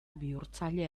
bihurtzaile